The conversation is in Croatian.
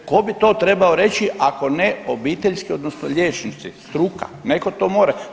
Tko bi to trebao reći ako ne obiteljski, odnosno liječnici, struka, netko to mora.